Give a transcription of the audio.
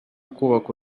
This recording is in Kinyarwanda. kubaka